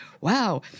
wow